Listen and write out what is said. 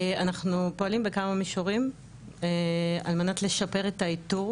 אנחנו פועלים בכמה מישורים על מנת לשפר את האיתור